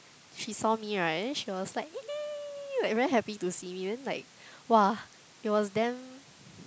she saw me right then she was like like very happy to see me then like !wah! it was damn